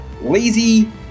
lazy